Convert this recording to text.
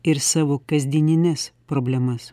ir savo kasdienines problemas